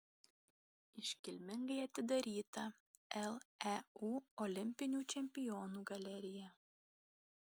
iškilmingai atidaryta leu olimpinių čempionų galerija